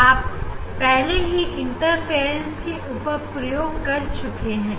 आप पहले ही इंटरफ्रेंस के ऊपर प्रयोग कर चुके हैं